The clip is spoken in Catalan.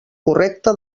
correcta